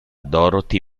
dorothy